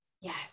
Yes